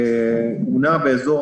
הוא נע באזור